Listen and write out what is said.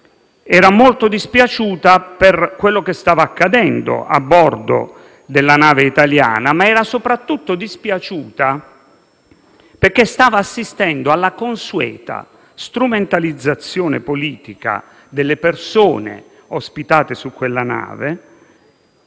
era molto dispiaciuta per quello che stava accadendo a bordo della nave italiana, ma era soprattutto dispiaciuta perché stava assistendo alla consueta strumentalizzazione politica delle persone ospitate su quella nave.